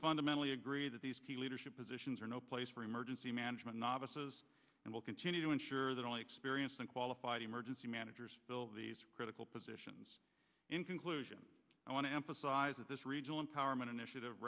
fundamentally agree that these key leadership positions are no place for emergency managers novices and will continue to ensure that all experience and qualified emergency managers fill these critical positions in conclusion i want to emphasize that this regional empowerment initiative